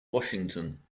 washington